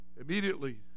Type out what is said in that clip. immediately